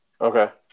Okay